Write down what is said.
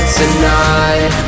tonight